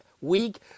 week